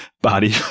body